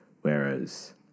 Whereas